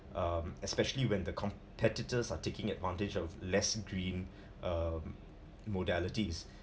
um especially when the competitors are taking advantage of lesser green um modalities